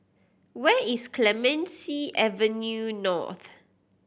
where is Clemenceau Avenue North